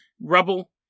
rubble